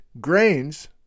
grains